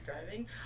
Driving